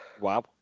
wow